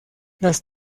las